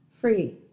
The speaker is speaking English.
free